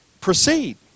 proceed